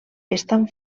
estan